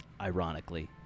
ironically